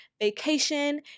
Vacation